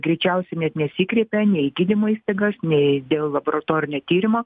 greičiausiai net nesikreipia nei į gydymo įstaigas nei dėl laboratorinio tyrimo